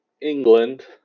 England